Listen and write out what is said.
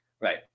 Right